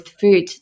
food